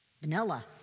vanilla